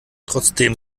trotzdem